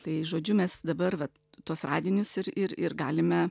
tai žodžiu mes dabar vat tuos radinius ir ir ir galime